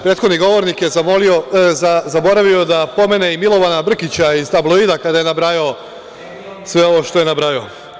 Prethodni govornik je zaboravio da pomene i Milovana Brkića iz „Tabloida“ kada je nabrajao sve ovo što je nabrajao.